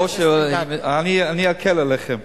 אוה, אני אקל עליכם: